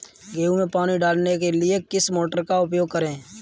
गेहूँ में पानी डालने के लिए किस मोटर का उपयोग करें?